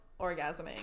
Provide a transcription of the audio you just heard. orgasming